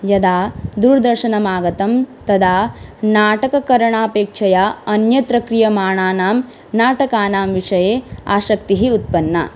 यदा दूरदर्शनम् आगतं तदा नाटककरणापेक्षया अन्यत्र क्रियमाणानां नाटकानां विषये आसक्तिः उत्पन्ना